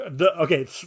Okay